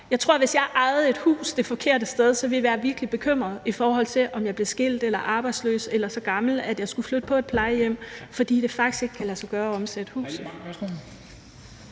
jeg tror, at hvis jeg ejede et hus det forkerte sted, ville jeg være virkelig bekymret, i forhold til om jeg blev skilt eller arbejdsløs eller så gammel, at jeg skulle flytte på et plejehjem, fordi det faktisk ikke kan lade sig gøre at omsætte huset.